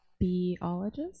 biologist